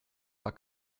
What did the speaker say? war